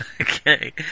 Okay